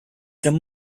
them